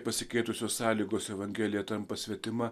pasikeitusios sąlygos evangelija tampa svetima